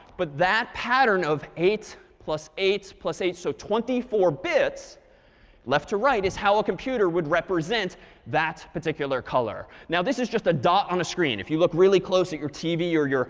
but that pattern of eight plus eight plus eight so twenty four bits left to right, is how a computer would represent that particular color. now this is just a dot on a screen. if you look really close at your tv your computer,